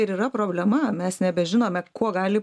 ir yra problema mes nebežinome kuo gali